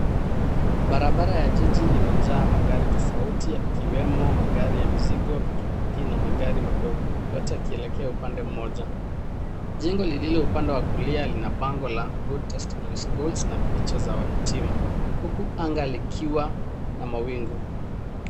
Barabara ya jiji imejaa magari tofauti yakiwemo magari ya mizigo, pikipiki na magari madogo yote yakielekea upande mmoja, jengo lililoupande wa kulia lina bango la Good Testimony Schools na picha za wahitimu huku anga likiwa na mawingu.